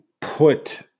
put